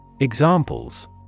Examples